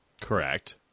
Correct